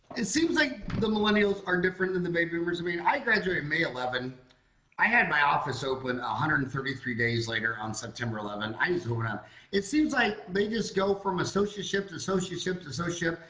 it seems like the millennials are different than the baby boomers mean i graduated may eleven i had my office open a hundred and thirty three days later on september eleven is going on it seems like they just go from associate ship to associate ship's associate.